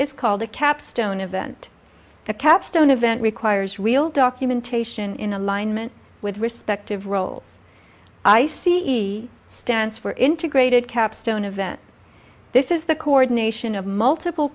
is called a capstone event the capstone event requires real documentation in alignment with respective roles i c e stands for integrated capstone event this is the coordination of multiple